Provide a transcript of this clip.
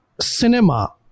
cinema